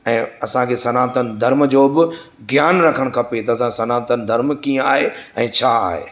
ऐं असांखे सनातन धर्म जो बि ज्ञान रखणु खपे भई त असांजो सनातन धरम कीअं आहे ऐं छा आहे